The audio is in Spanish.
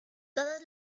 todos